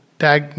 tag